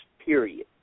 period